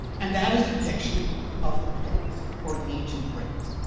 and that is the depiction of the picts, or the ancient britains,